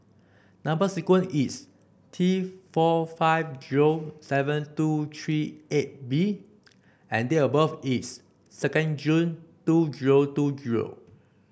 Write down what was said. number sequence is T four five zero seven two three eight B and date of birth is second June two zero two zero